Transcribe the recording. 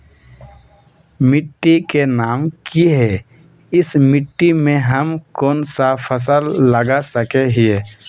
मिट्टी के नाम की है इस मिट्टी में हम कोन सा फसल लगा सके हिय?